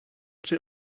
při